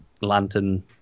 lantern